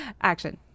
action